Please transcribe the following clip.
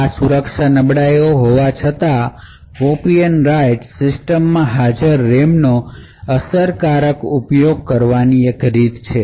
આ સુરક્ષા નબળાઈઓ હોવા છતાં કોપી એન્ડ રાઇટ સિસ્ટમ માં હાજર RAMનો અસરકારક ઉપયોગ કરવાની રીત છે